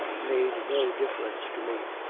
made no dif ference to me.